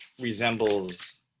resembles